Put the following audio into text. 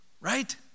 Right